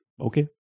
Okay